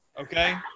okay